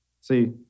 See